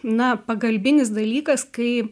na pagalbinis dalykas kai